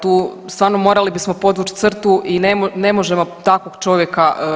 Tu stvarno morali bismo podvući crtu i ne možemo takvog čovjeka.